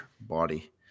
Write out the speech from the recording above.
body